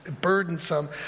burdensome